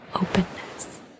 openness